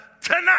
tonight